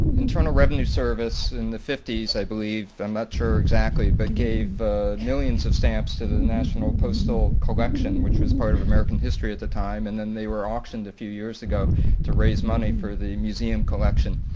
internal revenue service in the fifty s, i believe i'm not sure exactly, but gave millions of stamps to the the national postal collection which was part of american history at the time. and then they were auctioned a few years ago to raise money for the museum collection.